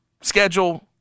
schedule